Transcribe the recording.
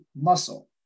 muscle